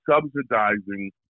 subsidizing